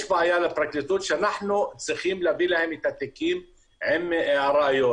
יש בעיה לפרקליטות שאנחנו צריכים להביא להם את התיקים עם הראיות.